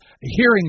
hearing